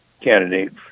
candidate